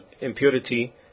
impurity